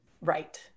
Right